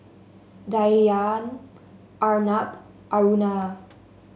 Dhyan Arnab Aruna